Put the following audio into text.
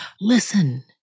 Listen